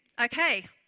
Okay